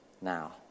now